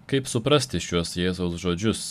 kaip suprasti šiuos jėzaus žodžius